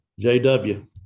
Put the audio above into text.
JW